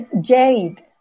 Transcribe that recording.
Jade